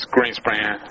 Greenspan